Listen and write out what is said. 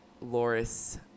Loris